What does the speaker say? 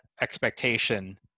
expectation